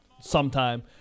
sometime